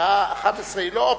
שהשעה 11:00 היא לא אופציה.